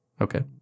Okay